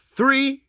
three